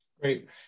Great